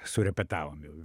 surepetavom jau